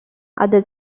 other